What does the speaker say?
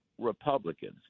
Republicans